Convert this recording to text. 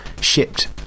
shipped